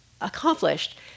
accomplished